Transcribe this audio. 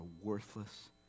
worthless